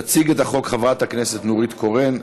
התשע"ח 2018. תציג את החוק חברת הכנסת נורית קורן,